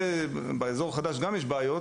גם באזור החדש יש הרבה בעיות,